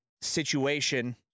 situation